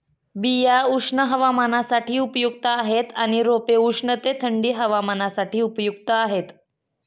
बिया उष्ण हवामानासाठी उपयुक्त आहेत आणि रोपे उष्ण ते थंडी हवामानासाठी उपयुक्त आहेत